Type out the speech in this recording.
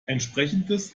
entsprechendes